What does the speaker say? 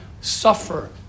suffer